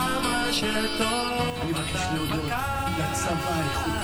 התנגדותן להודעה.